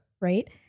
right